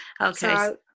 okay